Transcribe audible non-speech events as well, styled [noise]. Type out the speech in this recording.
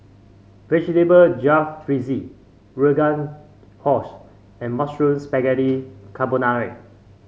Vegetable Jalfrezi Rogan [unintelligible] and Mushroom Spaghetti Carbonara